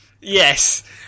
Yes